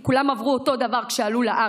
כולם עברו אותו דבר כשעלו לארץ?